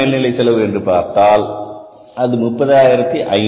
உண்மையான மேல்நிலை செலவு என்பதை பார்த்தால் அது 30500